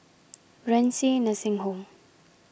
Renci Nursing Home